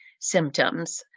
symptoms